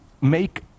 make